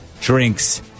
drinks